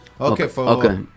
okay